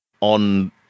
on